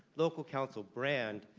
local council brand,